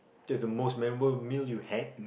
there's a most memorable meal you had